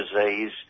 disease